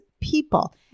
people